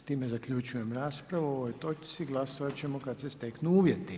S time zaključujem raspravu o ovoj točci, glasovati ćemo kada se steknu uvjeti.